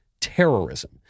terrorism